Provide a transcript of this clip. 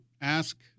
ask